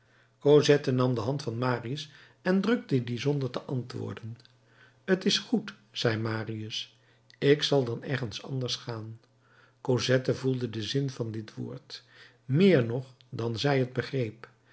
cosette nam de hand van marius en drukte die zonder te antwoorden t is goed zei marius ik zal dan ergens anders gaan cosette voelde den zin van dit woord meer nog dan zij het begreep